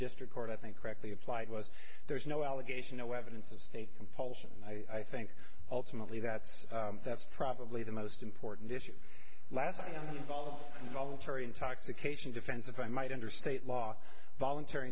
district court i think correctly applied was there's no allegation no evidence of state compulsion and i think ultimately that's that's probably the most important issue last fall voluntary intoxication defense if i might under state law voluntary